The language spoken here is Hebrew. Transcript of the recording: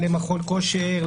למכון כושר,